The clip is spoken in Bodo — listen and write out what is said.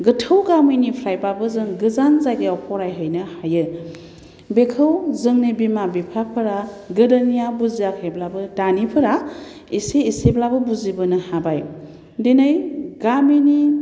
गोथौ गामिनिफ्रायबाबो जों गोजान जायगायाव फरायहैनो हायो बेखौ जोंनि बिमा बिफाफोरा गोदोनिया बुजियाखैब्लाबो दानिफोरा एसे एसेब्लाबो बुजिबोनो हाबाय दिनै गामिनि